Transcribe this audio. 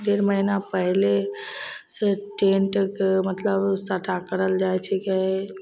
डेढ़ महिना पहिले से टेन्टके मतलब सट्टा करल जाइ छिकै